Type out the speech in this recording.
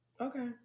Okay